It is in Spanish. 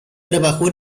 trabajó